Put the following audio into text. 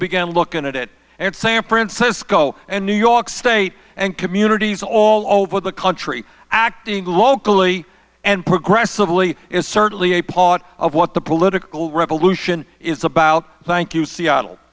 began looking at it and san francisco and new york state and communities all over the country acting locally and progressive is certainly a part of what the political revolution is about thank you seattle